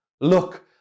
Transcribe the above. Look